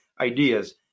ideas